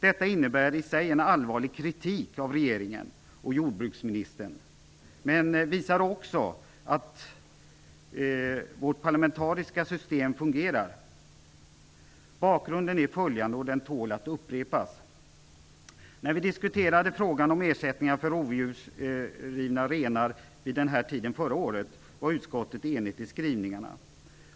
Detta innebär i sig allvarlig kritik mot regeringen och jordbruksministern, men det visar också att vårt parlamentariska system fungerar. Bakgrunden är följande - och den tål att upprepas: När vi diskuterade frågan om ersättningar för rovdjursrivna renar vid den här tiden förra året var utskottet enigt i skrivningarna.